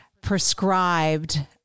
prescribed